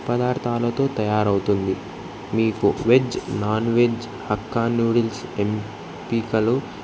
పదార్థాలతో తయారవుతుంది మీకు veg non veg hakka noodles ఎంపికలు